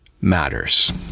matters